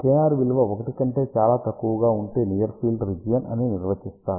k r విలువ 1 కంటే చాలా తక్కువగా ఉంటే నియర్ ఫీల్డ్ రీజియన్ అని నిర్వచిస్తారు